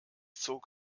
zog